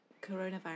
coronavirus